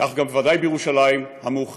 כך גם בוודאי בירושלים המאוחדת,